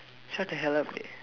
shut the hell up leh